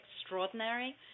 extraordinary